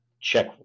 check